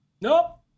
Nope